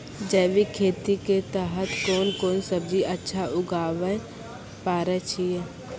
जैविक खेती के तहत कोंन कोंन सब्जी अच्छा उगावय पारे छिय?